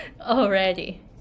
already